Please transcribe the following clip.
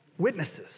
witnesses